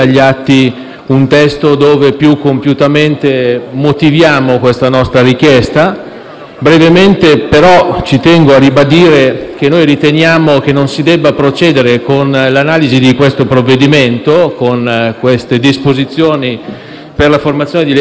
che noi riteniamo che non si debba procedere con l'esame del provvedimento e delle disposizioni per la formazione di leggi elettorali, in ragione di alcuni elementi. Uno di fondo: è scritto esplicitamente negli obiettivi della legge il fatto che